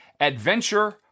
Adventure